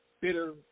bitter